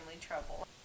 trouble